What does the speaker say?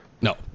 No